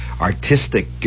artistic